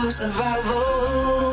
survival